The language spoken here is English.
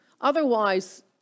Otherwise